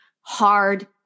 hard